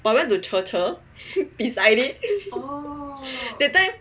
but I went to Chir Chir beside it that time